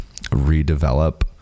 redevelop